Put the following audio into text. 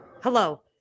hello